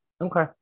okay